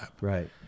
Right